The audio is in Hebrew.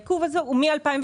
העיכוב הזה הוא מ-2018.